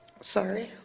Sorry